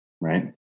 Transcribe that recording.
right